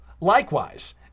Likewise